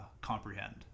comprehend